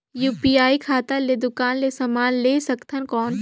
UPI खाता ले दुकान ले समान ले सकथन कौन?